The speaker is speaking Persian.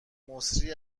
مسری